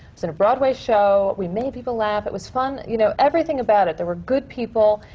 was in a broadway show, we made people laugh, it was fun. you know, everything about it. there were good people.